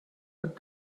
but